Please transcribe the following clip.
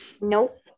Nope